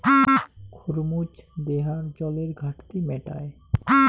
খরমুজ দেহার জলের ঘাটতি মেটায়